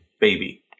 baby